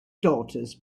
daughters